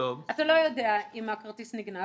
אתה לא יודע אם הכרטיס נגנב,